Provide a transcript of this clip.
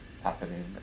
happening